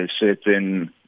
certain